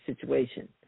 situation